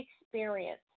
experience